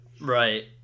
Right